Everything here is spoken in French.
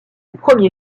premier